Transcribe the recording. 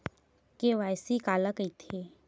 KYC काला कइथे?